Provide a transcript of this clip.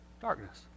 darkness